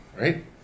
right